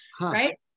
Right